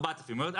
4,000. היא אומרת,